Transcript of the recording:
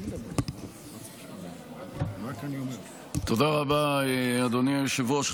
תודה רבה, אדוני היושב-ראש.